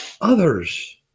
others